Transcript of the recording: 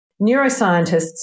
neuroscientists